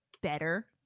better